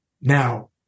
Now